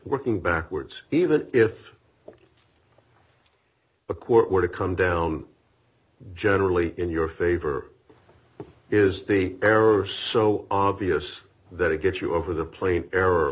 working backwards even if the court were to come down generally in your favor is the error so obvious that it gets you over the plain error